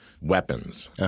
weapons